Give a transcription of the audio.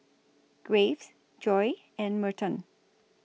Graves Joye and Merton